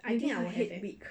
I think I will have leh